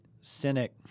cynic